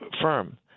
firm